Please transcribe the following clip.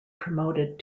promoted